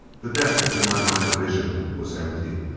the deck within my line of vision, was empty.